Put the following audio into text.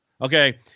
Okay